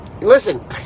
Listen